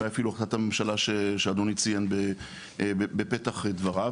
אולי אפילו החלטת ממשלה שאדוני ציין בפתח דבריו,